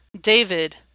David